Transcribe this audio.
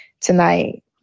tonight